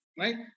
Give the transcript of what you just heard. right